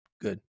good